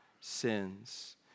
sins